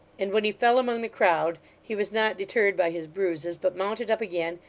and when he fell among the crowd, he was not deterred by his bruises, but mounted up again,